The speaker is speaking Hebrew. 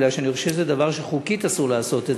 כי אני חושב שזה דבר שחוקית אסור לעשות.